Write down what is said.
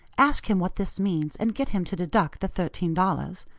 ask him what this means, and get him to deduct the thirteen dollars.